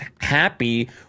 happy